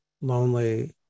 lonely